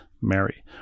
Mary